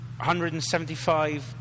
175